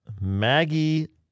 Maggie